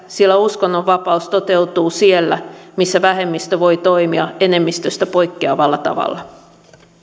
sillä uskonnonvapaus toteutuu siellä missä vähemmistö voi toimia enemmistöstä poikkeavalla tavalla